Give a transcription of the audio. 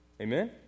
Amen